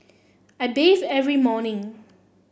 I bathe every morning